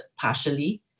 partially